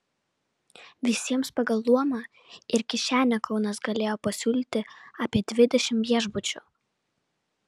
visiems pagal luomą ir kišenę kaunas galėjo pasiūlyti apie dvidešimt viešbučių